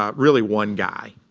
um really, one guy.